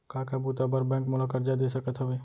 का का बुता बर बैंक मोला करजा दे सकत हवे?